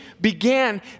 began